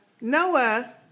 Noah